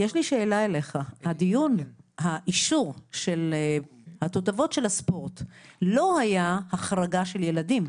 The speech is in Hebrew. יש לי שאלה אליך: האישור של התותבות של הספורט לא היה החרגה של ילדים.